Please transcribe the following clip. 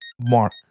Mark